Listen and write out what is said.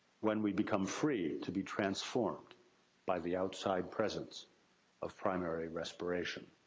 when we become free to be transformed by the outside presence of primary respiration.